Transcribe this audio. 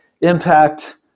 impact